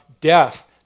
death